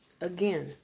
Again